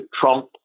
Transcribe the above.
Trump